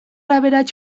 aberats